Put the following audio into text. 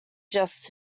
just